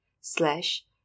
slash